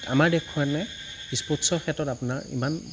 আমাৰ দেশখনে স্পৰ্টচৰ ক্ষেত্ৰত আপোনাৰ ইমান